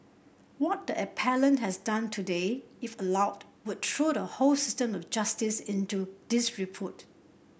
what the appellant has done today if allowed would throw the whole system of justice into disrepute